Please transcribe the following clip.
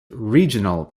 regional